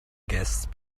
guests